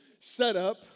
setup